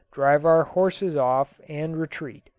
drive our horses off and retreat.